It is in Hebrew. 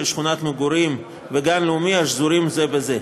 שכונת מגורים וגן לאומי השזורים זה בזה.